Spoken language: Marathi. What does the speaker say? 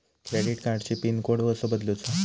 क्रेडिट कार्डची पिन कोड कसो बदलुचा?